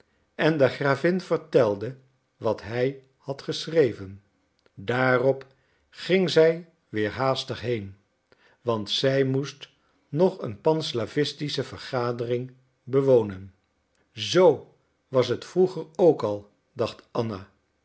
en de gravin vertelde wat hij had geschreven daarop ging zij weer haastig heen want zij moest nog een panslavistische vergadering bewonen zoo was het vroeger ook al dacht anna